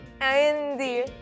Andy